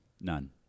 none